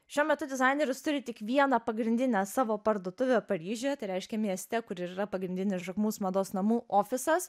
šiuo metu dizaineris turi tik vieną pagrindinę savo parduotuvę paryžiuje tai reiškia mieste kur ir yra pagrindinis jacquemus mados namų ofisas